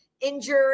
injured